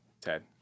Ted